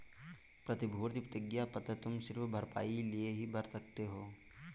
प्रतिभूति प्रतिज्ञा पत्र तुम सिर्फ भरपाई के लिए ही भर सकते हो